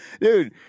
Dude